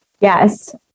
Yes